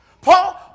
Paul